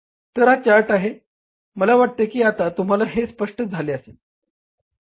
तर हा चार्ट आहे मला वाटते की आता तुम्हाला हे स्पष्ट झाले असेल